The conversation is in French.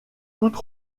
toute